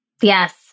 Yes